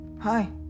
hi